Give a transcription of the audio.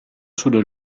sulle